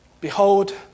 behold